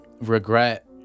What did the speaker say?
regret